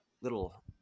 little